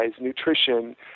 nutrition